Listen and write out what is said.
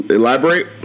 elaborate